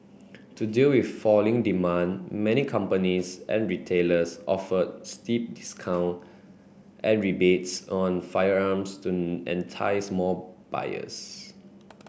to deal with falling demand many companies and retailers offered steep discount and rebates on firearms to entice more buyers